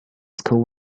school